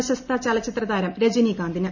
പ്രശസ്ത ചലച്ചീത്ത് താരം രജനികാന്തിന്